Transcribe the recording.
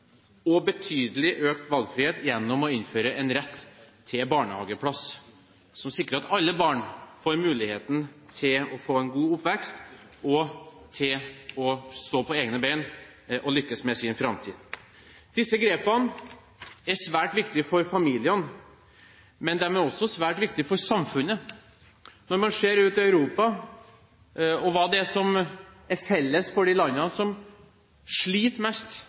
til betydelig økt valgfrihet gjennom å innføre en rett til barnehageplass, som sikrer at alle barn får muligheten til å få en god oppvekst og til å stå på egne ben og lykkes med sin framtid. Disse grepene er svært viktige for familiene, men de er også svært viktige for samfunnet. Når man ser på hva som er felles for de landene i Europa som sliter mest